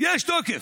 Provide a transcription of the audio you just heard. יש תוקף.